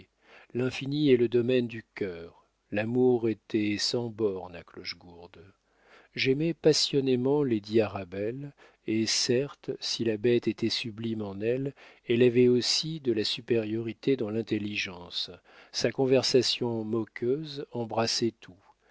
l'infini est le domaine du cœur l'amour était sans borne à clochegourde j'aimais passionnément lady arabelle et certes si la bête était sublime en elle elle avait aussi de la supériorité dans l'intelligence sa conversation moqueuse embrassait tout